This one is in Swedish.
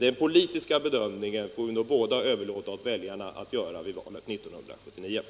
Den politiska bedömningen får vi nog båda överlåta åt väljarna att göra vid valet 1979.